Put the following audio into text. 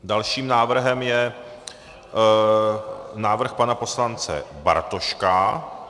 Dalším návrhem je návrh pana poslance Bartoška.